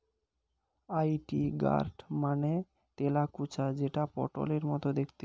ivy gourd মানে তেলাকুচা যেটা পটলের মতো দেখতে